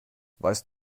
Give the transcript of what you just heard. weißt